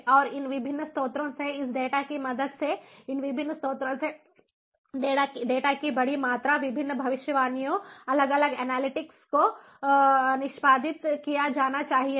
और इन विभिन्न स्रोतों से इस डेटा की मदद से इन विभिन्न स्रोतों से डेटा की बड़ी मात्रा विभिन्न भविष्यवाणियों अलग अलग एनालिटिक्स को निष्पादित किया जाना चाहिए